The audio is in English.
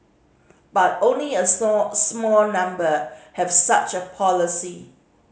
but only a slow small number have such a policy